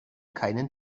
keinen